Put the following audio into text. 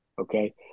okay